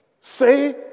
say